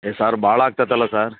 A sir ಭಾಳ ಆಗ್ತತಲ್ಲ sir